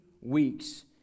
weeks